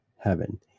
heaven